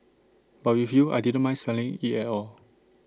but with you I didn't mind smelling IT at all